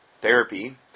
therapy